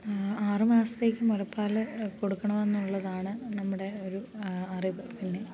ആറുമാസത്തേയ്ക്ക് മുലപ്പാല് കൊടുക്കണമെന്നുള്ളതാണ് നമ്മുടെ ഒരു അറിവ്